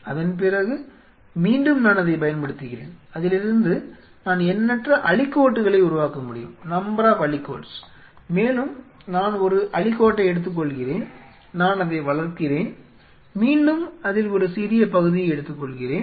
அதன் பிறகு மீண்டும் நான் அதைப் பயன்படுத்துகிறேன் அதிலிருந்து நான் எண்ணற்ற அலிகோட்களை உருவாக்க முடியும் மேலும் நான் ஒரு அலிகோட்டை எடுத்துக்கொள்கிறேன் நான் அதை வளர்க்கிறேன் மீண்டும் அதில் ஒரு சிறிய பகுதியை எடுத்துக்கொள்கிறேன்